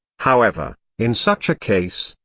however, in such a case,